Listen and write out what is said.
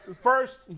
First